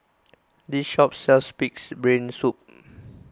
this shop sells Pig's Brain Soup